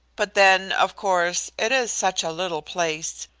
but then, of course, it is such a little place.